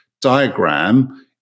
diagram